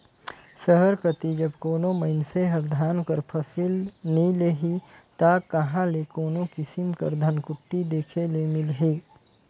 सहर कती जब कोनो मइनसे हर धान कर फसिल नी लेही ता कहां ले कोनो किसिम कर धनकुट्टी देखे ले मिलही